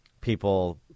People